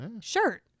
shirt